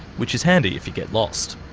which is handy if you get lost.